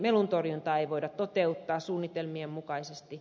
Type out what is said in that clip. meluntorjuntaa ei voida toteuttaa suunnitelmien mukaisesti